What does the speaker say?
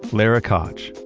lara koch,